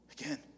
Again